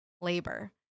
labor